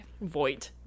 Void